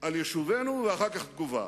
על יישובינו ואחר כך תגובה.